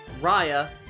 Raya